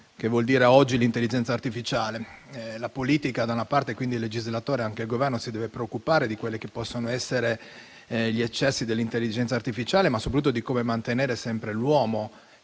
che vuol dire oggi l'intelligenza artificiale. La politica, da una parte, quindi il legislatore e anche il Governo si devono preoccupare di quelli che possono essere gli eccessi dell'intelligenza artificiale, ma soprattutto di come mantenere sempre l'uomo